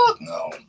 no